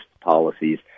policies